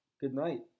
Goodnight